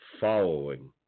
following